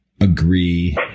agree